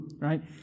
right